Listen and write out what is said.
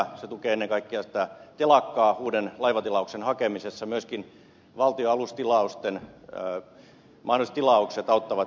se tukee ennen kaikkea sitä telakkaa uuden laivatilauksen hakemisessa myöskin valtion mahdolliset alustilaukset auttavat näitä telakoita